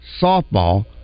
softball